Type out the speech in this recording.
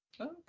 okay